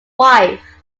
wife